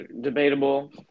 debatable